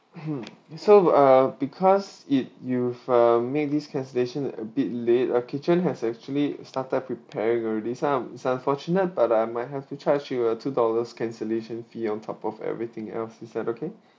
so uh because it you've uh made this cancellation a bit late our kitchen has actually started preparing already so I'm it's unfortunate but I might have to charge you a two dollars cancellation fee on top of everything else is that okay